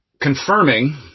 confirming